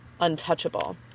untouchable